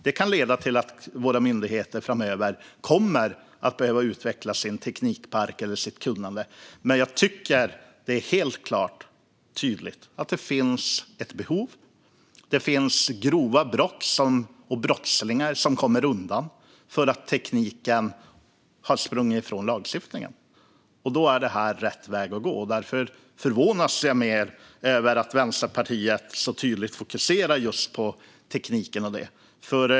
Det kan leda till att våra myndigheter framöver kommer att behöva utveckla sin teknikpark och sitt kunnande, men jag tycker att det är tydligt att det finns ett behov. Grova brott begås av brottslingar som kommer undan för att tekniken har sprungit ifrån lagstiftningen. Då är detta rätt väg att gå, och därför förvånas jag över att Vänsterpartiet så tydligt fokuserar på just tekniken.